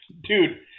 Dude